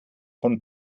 von